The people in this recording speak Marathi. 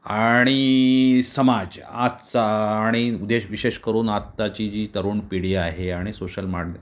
आणि समाज आजचा आणि देश विशेष करून आताची जी तरुण पिढी आहे आणि सोशल माड